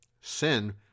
Sin